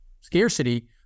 scarcity